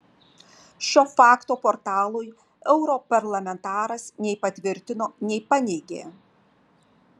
šio fakto portalui europarlamentaras nei patvirtino nei paneigė